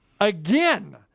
again